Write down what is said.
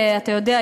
אתה יודע,